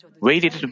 waited